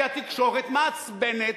כי התקשורת מעצבנת,